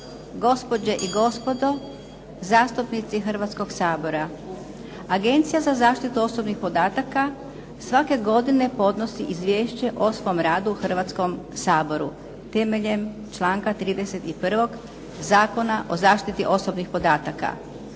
gospođe i gospodo zastupnici Hrvatskog sabora. Agencija za zaštitu osobnih podataka svake godine podnosi izvješće o svom radu Hrvatskom saboru temeljem članka 31. Zakona o zaštiti osobnih podataka.